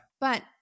But-